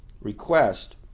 request